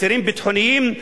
אסירים ביטחוניים,